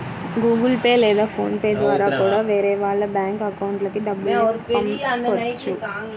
Google Pay లేదా PhonePe ద్వారా కూడా వేరే వాళ్ళ బ్యేంకు అకౌంట్లకి డబ్బుల్ని పంపొచ్చు